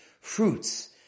fruits